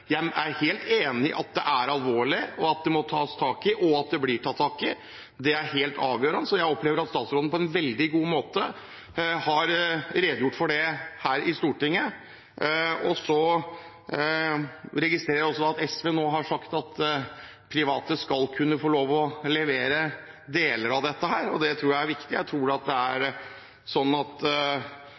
jeg er helt enig i at det er alvorlig, at det må tas tak i, og at det blir tatt tak i. Det er helt avgjørende, og jeg opplever at statsråden på en veldig god måte har redegjort for det her i Stortinget. Jeg registrerer også at SV nå har sagt at private skal kunne få lov til å levere deler av dette, og det tror jeg er viktig. Jeg tror at når det